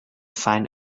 find